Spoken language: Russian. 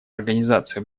организацию